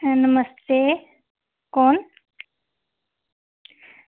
नमस्ते कौन